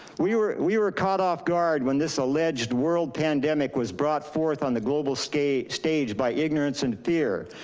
we were we were caught off guard when this alleged world pandemic was brought forth on the global stage stage by ignorance and fear.